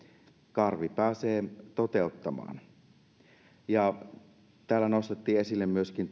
karvi pääsee toteuttamaan täällä nostettiin esille myöskin